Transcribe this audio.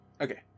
Okay